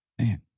Man